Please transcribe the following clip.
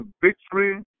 victory